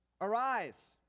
Arise